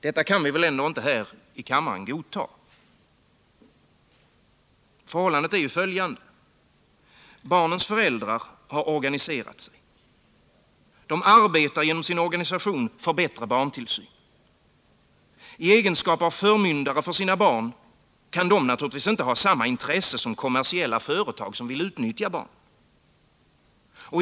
Detta förfarande kan vi väl här i kammaren ändå inte godta. Förhållandet är ju följande. Barnens föräldrar har organiserat sig. De arbetar genom sin organisation för bättre barntillsyn. I egenskap av förmyndare för sina barn kan de naturligtvis inte ha samma intresse som kommersiella företag som vill utnyttja barnen.